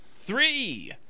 Three